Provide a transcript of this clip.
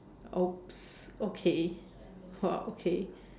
!oops! okay !wah! okay